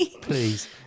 Please